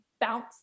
bounce